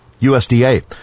USDA